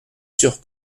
sur